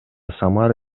самара